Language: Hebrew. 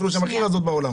אפילו שהן הכי רזות בעולם.